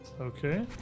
Okay